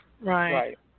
Right